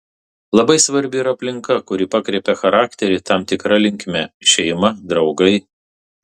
labai svarbi ir aplinka kuri pakreipia charakterį tam tikra linkme šeima draugai